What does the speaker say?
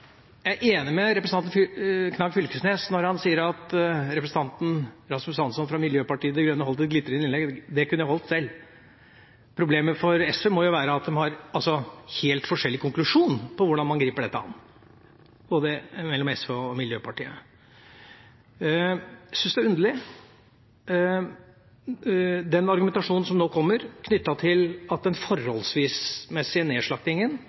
jeg er enig med representanten Knag Fylkesnes når han sier at representanten Rasmus Hansson fra Miljøpartiet De Grønne holdt et glitrende innlegg, og at det kunne han holdt selv. Problemet for SV må jo være at de har en helt forskjellig konklusjon enn Miljøpartiet De Grønne på hvordan man griper dette an. Jeg syns den er underlig den argumentasjonen som nå kommer, knyttet til at den forholdsmessige nedslaktingen